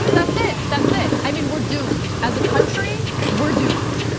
but that's it. that's it. i mean, we're doomed as a country. we're doomed.